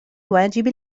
واجبي